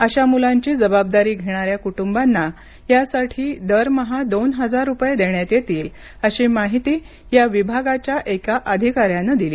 अशा मुलांची जबाबदारी घेणाऱ्या कुटुंबांना या साठी दरमहा दोन हजार रुपये देण्यात येतील अशी माहिती या विभागाच्या एका अधिकाऱ्यानी दिली